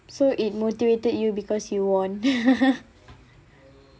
so it motivated you because you won